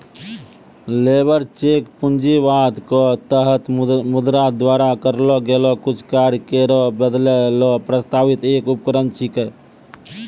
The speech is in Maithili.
लेबर चेक पूंजीवाद क तहत मुद्रा द्वारा करलो गेलो कुछ कार्य केरो बदलै ल प्रस्तावित एक उपकरण छिकै